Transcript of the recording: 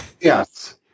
Yes